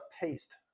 paste